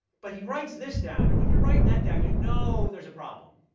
but he writes this down. and when you're writing that down, you know there's a problem.